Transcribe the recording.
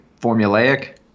formulaic